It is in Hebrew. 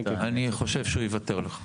הוא יוותר לך.